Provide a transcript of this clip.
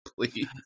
please